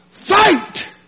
Fight